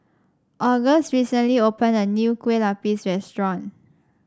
August recently opened a new Kue Lupis restaurant